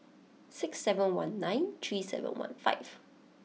six seven one nine three seven one five